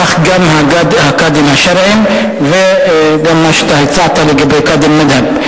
כך גם הקאדים השרעיים וגם מה שאתה הצעת לגבי קאדי מד'הב.